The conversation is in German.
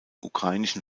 ukrainischen